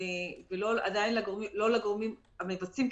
ולא לגורמים המבצעים,